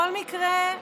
בכל מקרה,